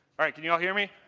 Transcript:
alright can you all hear me?